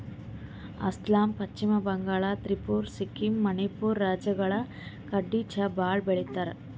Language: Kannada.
ಅಸ್ಸಾಂ, ಪಶ್ಚಿಮ ಬಂಗಾಳ್, ತ್ರಿಪುರಾ, ಸಿಕ್ಕಿಂ, ಮಣಿಪುರ್ ರಾಜ್ಯಗಳ್ ಕಡಿ ಚಾ ಭಾಳ್ ಬೆಳಿತಾರ್